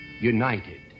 United